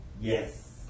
Yes